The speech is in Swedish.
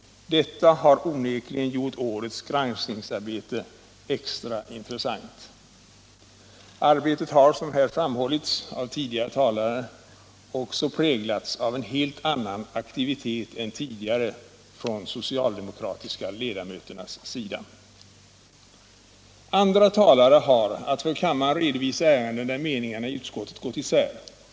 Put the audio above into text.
Detta har onek = m.m. ligen gjort årets granskningsarbete extra intressant. Arbetet har, som här framhållits av tidigare talare, också präglats av en helt annan aktivitet — Regeringsskiftet än tidigare från de socialdemokratiska ledamöterna. 1976, m.m. Andra talare har att för kammaren redovisa ärenden där meningarna i utskottet gått isär.